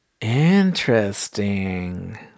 Interesting